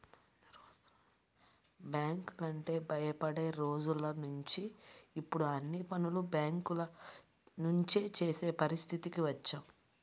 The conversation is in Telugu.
బ్యాంకులంటే భయపడే రోజులనుంచి ఇప్పుడు అన్ని పనులు బ్యేంకుల నుంచే చేసే పరిస్థితికి వచ్చాం